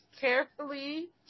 carefully